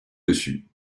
dessus